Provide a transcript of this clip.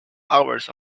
hours